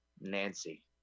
Nancy